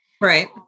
Right